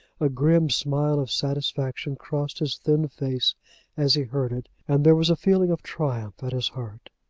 a grim smile of satisfaction crossed his thin face as he heard it, and there was a feeling of triumph at his heart.